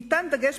ניתן דגש,